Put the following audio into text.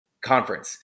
conference